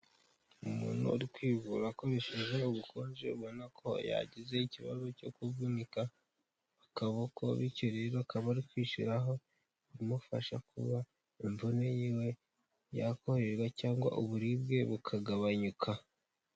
Umuntu uri kwivura akoresheje ubukonje ubona ko yagize ikibazo cyo kuvunika akaboko, bityo rero akaba ari kwishyiraho ibimufasha kuba imvune yiwe yakoroherwa cyangwa uburibwe bukagabanyuka.